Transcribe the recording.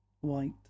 White